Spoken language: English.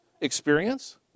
experience